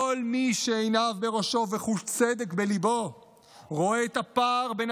כל מי שעיניו בראשו וחוש צדק בליבו רואה את הפער בין